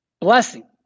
Blessing